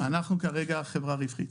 אנחנו כרגע חברה רווחית.